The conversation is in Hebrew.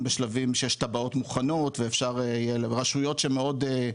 בשלבים שיש תב"עות מוכנות ורשויות שמאוד,